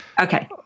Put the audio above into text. Okay